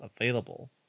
available